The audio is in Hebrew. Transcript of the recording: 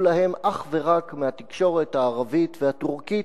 להם אך ורק מהתקשורת הערבית והטורקית,